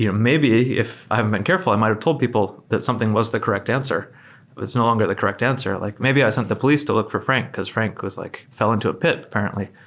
you know maybe if i haven't been careful, i might have told people that something was the correct answer, but it's no longer the correct answer, like maybe i sent the police to look for frank, because frank like fell into a pit apparently,